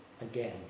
again